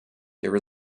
there